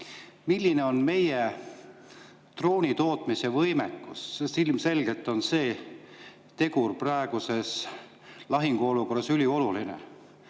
Milline on meie droonitootmise võimekus? Ilmselgelt on see tegur praeguses lahinguolukorras ülioluline.